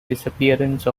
disappearance